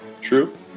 True